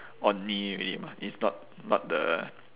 or it's not not the